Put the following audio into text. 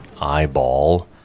eyeball